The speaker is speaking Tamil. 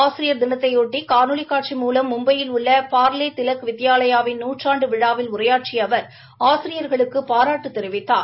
ஆசிரியர் தினத்தையொட்டி காணொலி காட்சி மூலம் மும்பையில் உள்ள பார்லே திலக் வித்பாலயாவின் நூற்றாண்டு விழாவில் உரையாற்றிய அவர் ஆசியர்களுக்கு பாராட்டு தெரிவித்தார்